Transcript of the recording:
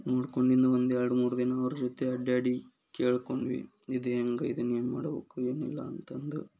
ನೋಡ್ಕೊಂಡಿಂದ ಒಂದೆರಡು ಮೂರು ದಿನ ಅವ್ರ ಜೊತೆ ಅಡ್ಡಾಡಿ ಕೇಳಿಕೊಂಡ್ವಿ ಇದು ಹೆಂಗ್ ಇದನ್ನು ಹೆಂಗ್ ಮಾಡಬೇಕು ಏನಿಲ್ಲ ಅಂತಂದು